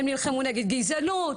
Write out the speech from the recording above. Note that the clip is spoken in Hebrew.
הם נלחמו נגד גזענות,